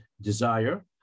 Desire